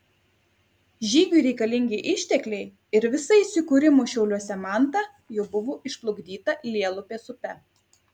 žygiui reikalingi ištekliai ir visa įsikūrimo šiauliuose manta jau buvo išplukdyta lielupės upe